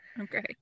Okay